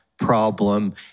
problem